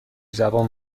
زبان